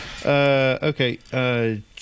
Okay